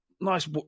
Nice